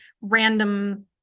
random